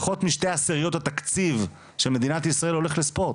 פחות משתי עשיריות התקציב של מדינת ישראל הולך לספורט.